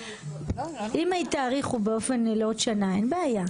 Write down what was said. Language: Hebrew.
אם תאריכו לעוד שנה, אין בעיה.